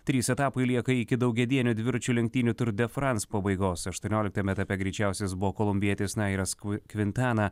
trys etapai lieka iki daugiadienių dviračių lenktynių tour de france pabaigos aštuonioliktame etape greičiausias buvo kolumbietis nairas kvi kvintana